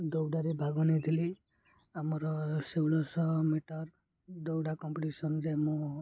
ଦୌଡ଼ାରେ ଭାଗ ନେଇଥିଲି ଆମର ଷୋଳଶ ମିଟର ଦୌଡ଼ା କମ୍ପିଟିସନରେ ମୁଁ